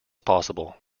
possible